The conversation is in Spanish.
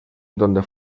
donde